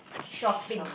shopping